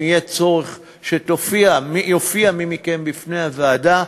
ואם יהיה צורך שיופיע מי מכם בפני הוועדה,